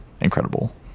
incredible